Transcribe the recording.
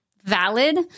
valid